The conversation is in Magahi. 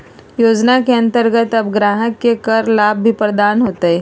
योजना के अंतर्गत अब ग्राहक के कर लाभ भी प्रदान होतय